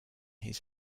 his